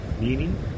meaning